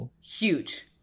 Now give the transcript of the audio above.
Huge